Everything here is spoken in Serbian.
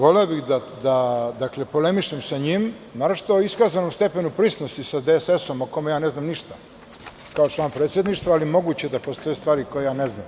Voleo bih da polemišem sa njim, naročito o iskazanom stepenu prisnosti sa DSS, o čemu ja ne znam ništa kao član predsedništva, ali moguće je da postoje stvari koje ja ne znam.